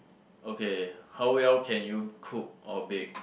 okay how well can you cook or bake